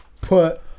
put